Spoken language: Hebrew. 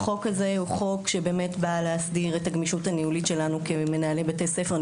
החוק הזה בא להסדיר את הגמישות הניהולית שלנו כמנהלי בתי ספר.